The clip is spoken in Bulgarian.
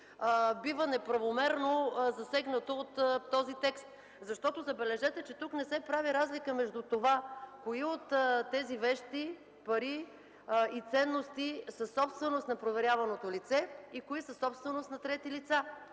бива неправомерно засегнато от този текст. Забележете, че тук не се прави разлика между това, кои от тези вещи, пари и ценности са собственост на проверяваното лице и кои са собственост на трети лица,